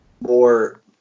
more